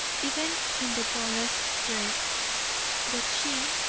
even in the dullest breast but she,